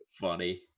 funny